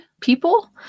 people